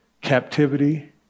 captivity